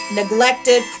neglected